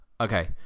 Okay